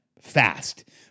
fast